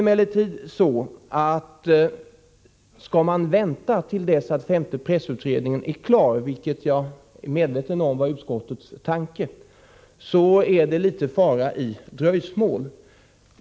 Skall man vänta till dess att femte pressutredningen är klar, vilket jag är medveten om var utskottets tanke, är det en viss fara för dröjsmål.